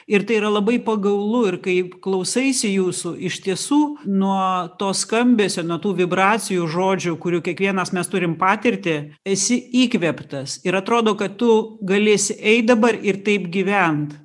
ir tai yra labai pagaulu ir kai klausaisi jūsų iš tiesų nuo to skambesio nuo tų vibracijų žodžių kurių kiekvienas mes turim patirtį esi įkvėptas ir atrodo kad tu galėsi eit dabar ir taip gyvent